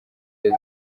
yesu